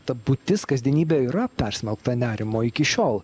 ta būtis kasdienybė yra persmelkta nerimo iki šiol